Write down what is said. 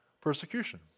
persecution